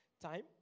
time